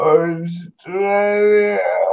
Australia